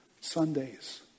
Sundays